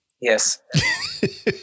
Yes